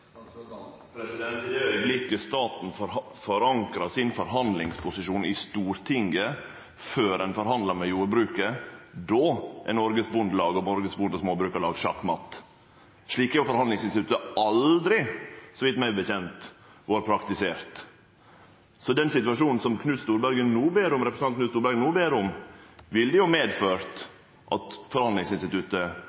staten forankrar forhandlingsposisjonen sin i Stortinget før ein forhandlar med jordbruket, er Norges Bondelag og Norsk Bonde- og Småbrukarlag sjakk matt. Slik har forhandlingsinstituttet aldri, så vidt eg veit, vore praktisert. Så den situasjonen som representanten Knut Storberget no ber om, ville ha medført at forhandlingsinstituttet, slik det